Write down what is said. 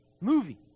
movie